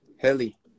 Heli